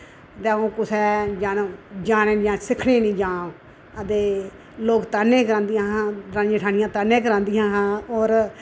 कुसे जाना जाने सिखने नेईं जा ते लोक तान्ने करदियां हा दरानियां जठानियां तान्ने करांदियां हा